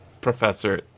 professor